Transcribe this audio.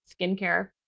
skincare